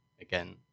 again